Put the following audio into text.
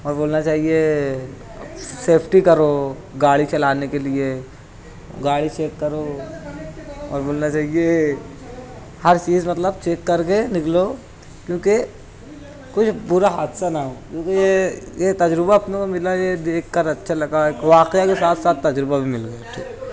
اور بولنا چاہیے سیفٹی کرو گاڑی چلانے کے لیے گاڑی چیک کرو اور بولنا چاہیے ہر چیز مطلب چیک کر کے نکلو کیونکہ کچھ برا حادثہ نہ ہو کیونکہ یہ تجربہ اپنے کو ملا یہ دیکھ کر اچھا لگا ایک واقعہ کے ساتھ ساتھ تجربہ بھی مل گیا